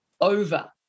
over